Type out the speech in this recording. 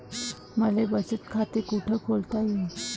मले बचत खाते कुठ खोलता येईन?